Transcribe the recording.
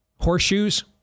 Horseshoes